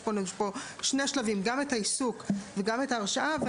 יש לנו פה שני שלבים, גם את העיסוק וגם את ההרשאה.